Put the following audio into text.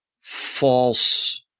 false –